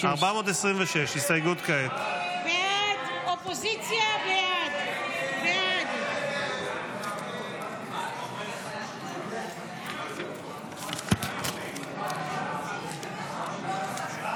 426. הסתייגות 426 לא נתקבלה.